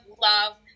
love